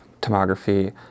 tomography